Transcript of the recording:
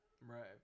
Right